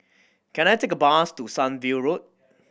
can I take a bus to Sunview Road